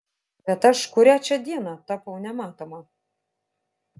bet aš kurią čia dieną tapau nematoma